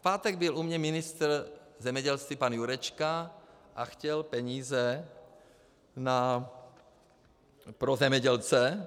V pátek byl u mě ministr zemědělství pan Jurečka a chtěl peníze pro zemědělce.